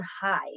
high